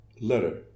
letter